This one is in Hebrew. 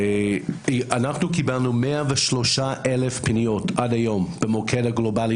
אנחנו קיבלנו 103,000 פניות עד היום במוקד הגלובלי